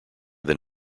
than